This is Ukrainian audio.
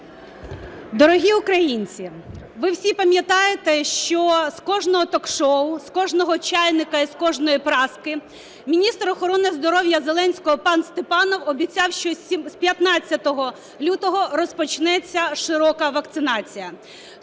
Дорогі українці, ви всі пам'ятаєте, що з кожного ток-шоу, з кожного чайника і з кожної праски міністр охорони здоров'я Зеленського пан Степанов обіцяв, що з 15 лютого розпочнеться широка вакцинація.